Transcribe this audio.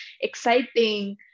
exciting